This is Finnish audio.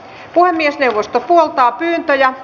puhemiesneuvosto puoltaa pyyntöjä